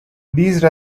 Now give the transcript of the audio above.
these